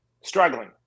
struggling